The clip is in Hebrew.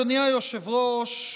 אדוני היושב-ראש,